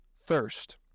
thirst